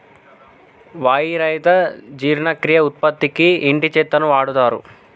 వాయి రహిత జీర్ణక్రియ ఉత్పత్తికి ఇంటి చెత్తను వాడుతారు